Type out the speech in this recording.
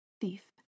thief